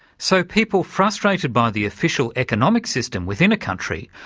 so people frustrated by the official economic system within a country,